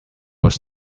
was